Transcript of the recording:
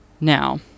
Now